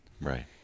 Right